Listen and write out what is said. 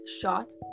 shot